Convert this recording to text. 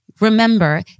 remember